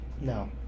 No